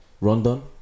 Rondon